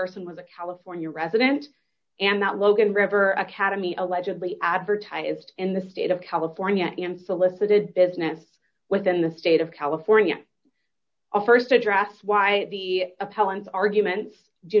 carson was a california residence and that logan river academy allegedly advertised in the state of california and solicited business within the state of california a st address why the appellants arguments do